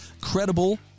credible